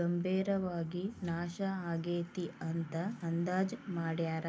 ಗಂಭೇರವಾಗಿ ನಾಶ ಆಗೇತಿ ಅಂತ ಅಂದಾಜ್ ಮಾಡ್ಯಾರ